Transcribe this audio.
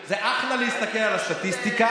אדוני, זה אחלה להסתכל על הסטטיסטיקה,